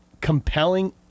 compelling